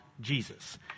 Jesus